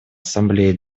ассамблеей